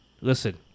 listen